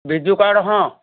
Biju card ହଁ